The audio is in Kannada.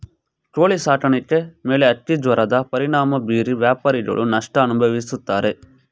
ಕೋಳಿ ಸಾಕಾಣಿಕೆ ಮೇಲೆ ಹಕ್ಕಿಜ್ವರದ ಪರಿಣಾಮ ಬೀರಿ ವ್ಯಾಪಾರಿಗಳು ನಷ್ಟ ಅನುಭವಿಸುತ್ತಾರೆ